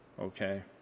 Okay